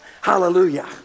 Hallelujah